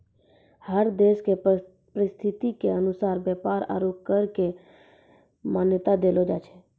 हर देश के परिस्थिति के अनुसार व्यापार आरू कर क मान्यता देलो जाय छै